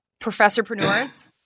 professorpreneurs